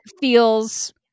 feels